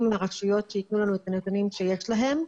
מרשויות שייתנו לנו את הנתונים שיש להם.